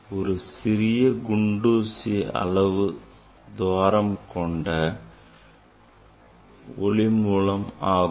இது சிறிய குண்டூசி அளவு துளை கொண்ட ஒளி மூலம் ஆகும்